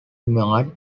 marred